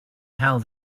how